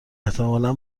احتمالا